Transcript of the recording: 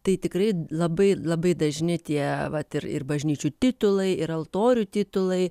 tai tikrai labai labai dažni tie vat ir ir bažnyčių titulai ir altorių titulai